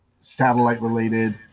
satellite-related